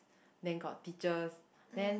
then got teachers then